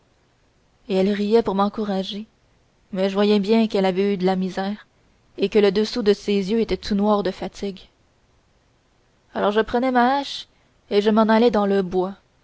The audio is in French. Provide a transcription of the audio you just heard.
et elle riait pour m'encourager mais je voyais bien qu'elle avait eu de la misère et que le dessous de ses yeux était tout noir de fatigue alors je prenais ma hache et je m'en allais dans le bois